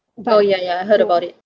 oh yeah yeah I heard about it